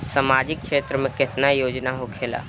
सामाजिक क्षेत्र में केतना योजना होखेला?